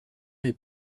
est